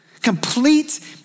complete